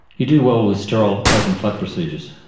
you do well with sterile open flap procedures,